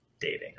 dating